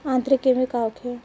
आंतरिक कृमि का होखे?